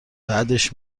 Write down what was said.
بعدش